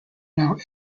now